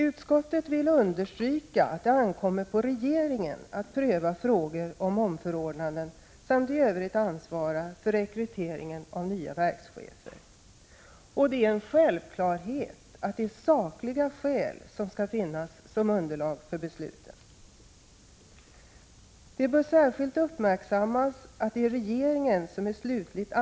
Utskottet vill understryka att det ankommer på regeringen att pröva frågor om omförordnanden samt i övrigt ansvara för rekryteringen av nya verkschefer. Det är en självklarhet att det är sakliga skäl som skall vara underlag för besluten. Det bör särskilt uppmärksammas att det är regeringen som är slutligt Prot.